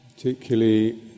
Particularly